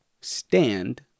stand